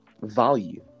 value